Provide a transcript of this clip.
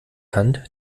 hand